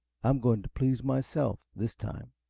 i'm going to please myself, this time.